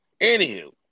anywho